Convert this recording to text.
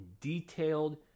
detailed